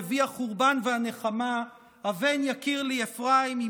נביא החורבן והנחמה: "הבן יקיר לי אפרים אם